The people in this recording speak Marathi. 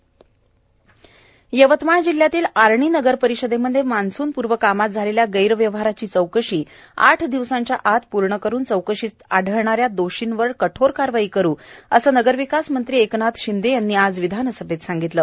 विधानसभा शिंदे यवतमाळ जिल्ह्यातील आर्णी नगरपरिषदेमध्ये मान्सूनपूर्व कामात झालेल्या गैरव्यवहाराची चौकशी आठ दिवसाच्या आत पूर्ण करुन चौकशीत आढळणाऱ्या दोषींवर कठोर कारवाई करु असे नगरविकास मंत्री एकनाथ शिंदे यांनी विधानसभेत सांगितले